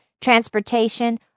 transportation